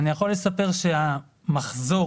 המחזור